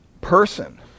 Person